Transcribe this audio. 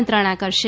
મંત્રણા કરશે